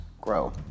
grow